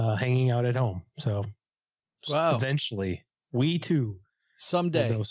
ah hanging out at home. so ah eventually we to someday,